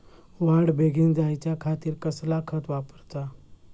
वाढ बेगीन जायच्या खातीर कसला खत वापराचा?